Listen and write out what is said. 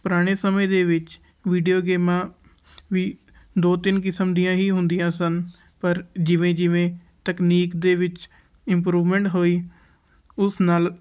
ਪੁਰਾਣੇ ਸਮੇਂ ਦੇ ਵਿੱਚ ਵੀਡੀਓ ਗੇਮਾਂ ਵੀ ਦੋ ਤਿੰਨ ਕਿਸਮ ਦੀਆਂ ਹੀ ਹੁੰਦੀਆਂ ਸਨ ਪਰ ਜਿਵੇਂ ਜਿਵੇਂ ਤਕਨੀਕ ਦੇ ਵਿੱਚ ਇੰਪਰੂਵਮੈਂਟ ਹੋਈ ਉਸ ਨਾਲ